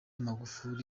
magufuli